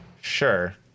Sure